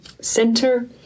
center